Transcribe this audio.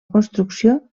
construcció